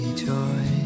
joy